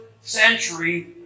century